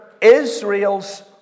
Israel's